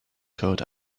code